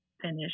finish